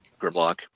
Grimlock